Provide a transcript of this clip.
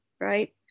Right